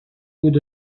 بود